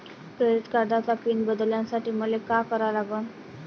Credit कार्डाचा pin बदलासाठी मले का करा लागन?